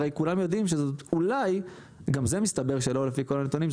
הרי כולם יודעים שזאת אולי גם זה מסתבר שלא לפי כל הנתונים,